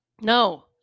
No